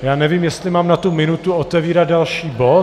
Já nevím, jestli mám na tu minutu otevírat další bod.